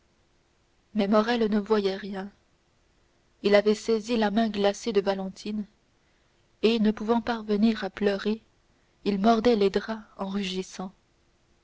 mais morrel ne voyait rien il avait saisi la main glacée de valentine et ne pouvant parvenir à pleurer il mordait les draps en rugissant